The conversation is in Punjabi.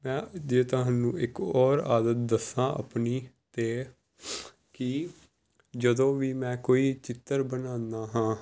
ਮੈ ਜੇ ਤੁਹਾਨੂੰ ਇੱਕ ਹੋਰ ਆਦਤ ਦੱਸਾਂ ਆਪਣੀ ਅਤੇ ਕਿ ਜਦੋਂ ਵੀ ਮੈਂ ਕੋਈ ਚਿੱਤਰ ਬਣਾਉਂਦਾ ਹਾਂ